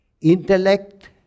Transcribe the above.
Intellect